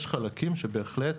יש חלקים שבהחלט